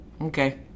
okay